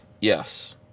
Yes